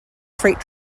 freight